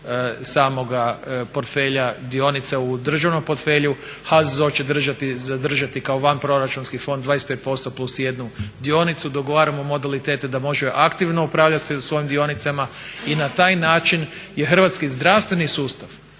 samoga portfelja, dionica u državnom portfelju. HZZO će zadržati kao van proračunski fond 25%+1 dionicu. Dogovaramo modalitet da može aktivno upravljati sa svojim dionicama i na taj način je hrvatski zdravstveni sustav